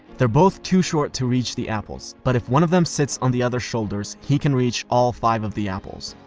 they are both too short to reach the apples, but if one of them sits on the other's shoulders, he can reach all five of the apples.